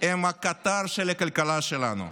הם הקטר של הכלכלה שלנו.